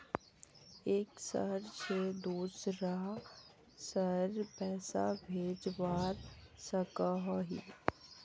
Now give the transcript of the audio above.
एक शहर से दूसरा शहर पैसा भेजवा सकोहो ही?